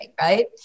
right